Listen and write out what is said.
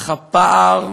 אך הפער